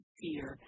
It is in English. fear